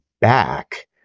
back